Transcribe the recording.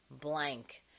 blank